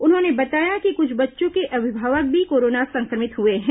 उन्होंने बताया कि कुछ बच्चों के अभिभावक भी कोरोना संक्रमित हुए हैं